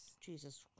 Jesus